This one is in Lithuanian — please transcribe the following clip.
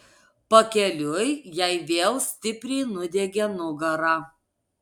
pakeliui jai vėl stipriai nudiegė nugarą